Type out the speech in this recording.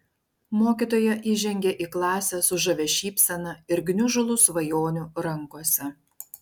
mokytoja įžengė į klasę su žavia šypsena ir gniužulu svajonių rankose